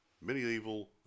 medieval